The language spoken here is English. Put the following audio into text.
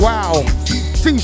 Wow